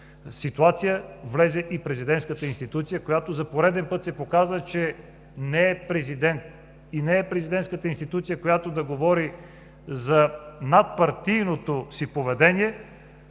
ситуация влезе и Президентската институция, която за пореден път показа, че не е президент и не е Президентската институция, която да е с надпартийно поведение,